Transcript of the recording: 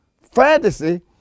fantasy